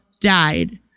died